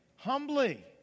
Humbly